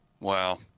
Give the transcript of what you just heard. Wow